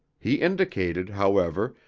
he indicated, however,